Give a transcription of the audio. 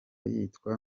yitwa